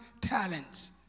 talents